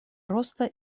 роста